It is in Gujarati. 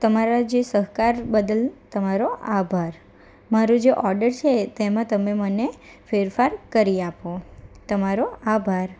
તમારા જે સહકાર બદલ તમારો આભાર મારો જે ઓડર છે તેમાં તમે મને ફેરફાર કરી આપો તમારો આભાર